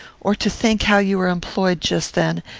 or to think how you are employed just then,